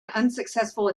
unsuccessful